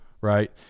right